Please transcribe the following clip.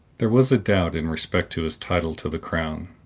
there was a doubt in respect to his title to the crown,